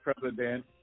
President